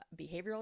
behavioral